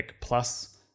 Plus